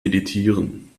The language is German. meditieren